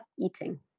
eating